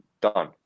done